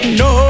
no